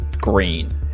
green